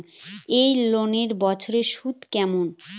এই লোনের বছরে সুদ কেমন?